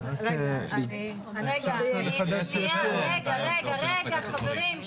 רגע, רגע חברים.